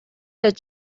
that